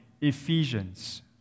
Ephesians